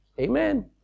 Amen